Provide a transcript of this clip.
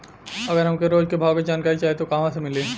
अगर हमके रोज के भाव के जानकारी चाही त कहवा से मिली?